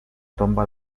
tomba